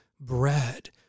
bread—